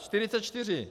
44!